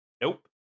Nope